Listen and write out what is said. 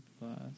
plus